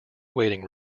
waiting